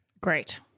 Great